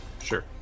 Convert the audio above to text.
sure